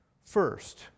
First